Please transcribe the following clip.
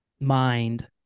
mind